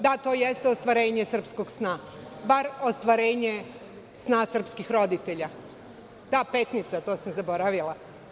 Da, to jeste ostvarenje srpskog sna, bar ostvarenje nas srpskih roditelja, da ta Petnica, to sam zaboravila.